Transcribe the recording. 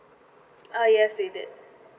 uh yes they did